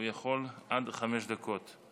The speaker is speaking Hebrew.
הוא יכול עד חמש דקות.